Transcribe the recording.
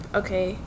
okay